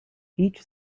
each